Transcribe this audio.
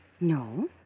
No